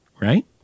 right